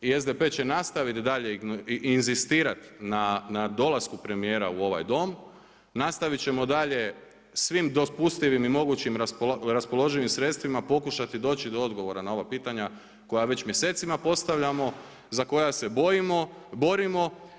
I SDP će nastaviti dalje inzistirati na dolasku premijera u ovaj dom, nastaviti ćemo dalje svim dopustivim i mogućim raspoloživim sredstvima pokušati doći do odgovora na ova pitanja koja već mjesecima postavljamo za koja se borimo.